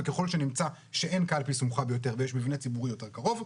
וככל שנמצא שאין קלפי סמוכה ביותר ויש מבנה ציבורי יותר קרוב,